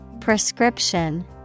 Prescription